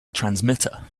transmitter